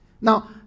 Now